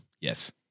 yes